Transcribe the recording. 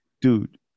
dude